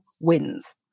wins